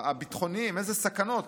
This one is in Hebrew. הביטחוניים, איזה סכנות